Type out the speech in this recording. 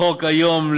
החוק היום,